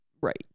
Right